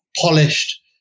polished